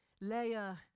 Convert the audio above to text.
layer